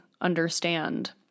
understand